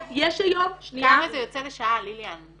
יש היום -- כמה זה יוצא לשעה ליליאן?